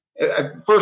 First